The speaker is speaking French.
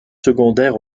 secondaires